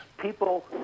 people